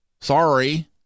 sorry